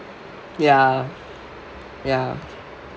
ya ya